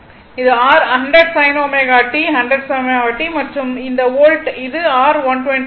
இது r 100 sin ω t 100 sin ω t மற்றும் இந்த வோல்ட் இது r 120 ஆகும்